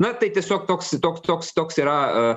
na tai tiesiog toks toks toks toks yra